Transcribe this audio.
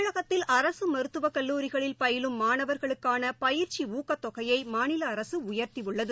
தமிழகத்தில் அரசுமருத்துவக்கல்லூரிகளில் பயிலும் மாணவர்களுக்கானபயிற்சிஊக்கத்தொகையைமாநிலஅரசுஉயர்த்தியுள்ளது